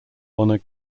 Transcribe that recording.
honor